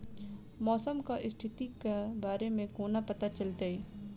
मौसम केँ स्थिति केँ बारे मे कोना पत्ता चलितै?